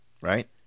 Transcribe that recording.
Right